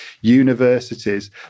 universities